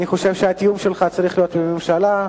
אני חושב שהתיאום שלך צריך להיות עם הממשלה,